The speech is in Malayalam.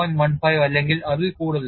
15 അല്ലെങ്കിൽ അതിൽ കൂടുതലാണ്